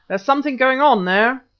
there's something going on there.